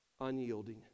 Unyielding